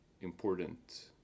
important